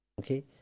okay